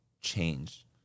change